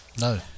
No